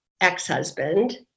ex-husband